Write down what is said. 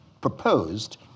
proposed